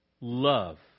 love